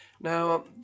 Now